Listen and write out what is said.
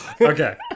Okay